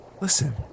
Listen